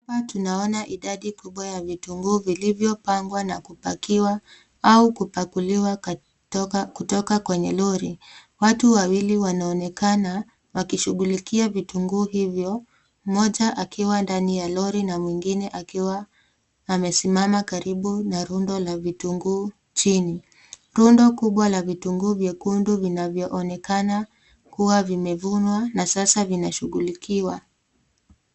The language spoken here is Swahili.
Hapa tunaona idadi kubwa ya vitunguu vilivyo pangwa na kupakiwa au kupakuliwa kutoka kwenye lori, watu wawili wanaonekana wakishughulikiwa vitunguu hivyo, mmoja akiwa ndani ya lori na mwingine akiwa amesimamakaribu na rundo la vitunguu chini, rundo kubwa la vitunguu vyekundu vinayoonekana kuwa vimevunwa na sasa vina shughulikiwa.